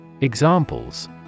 Examples